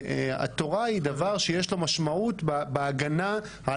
התורה היא דבר שיש לו משמעות בהגנה על